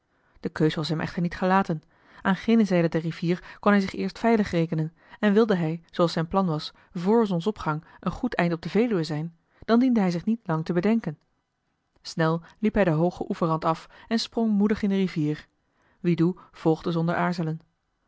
de keus was hem echter niet gelaten aan gene zijde der rivier kon hij zich eerst veilig rekenen en wilde hij zooals zijn plan was vr zonsopgang een goed eind op de veluwe zijn dan diende hij zich niet lang te bedenken snel liep hij den hoogen oeverrand af en sprong moedig in de rivier wiedu volgde zonder aarzelen